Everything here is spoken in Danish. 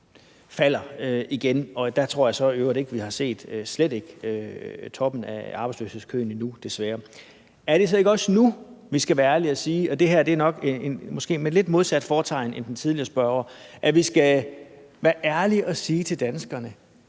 falder igen, og der tror jeg så i øvrigt ikke vi har set, slet ikke, toppen af arbejdsløshedskøen endnu, desværre. Jeg vil gerne spørge, om det så ikke også er nu, vi skal være ærlige – og det her er nok måske med lidt modsat fortegn end den tidligere spørger – og sige til danskerne: